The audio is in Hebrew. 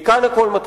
מכאן הכול מתחיל,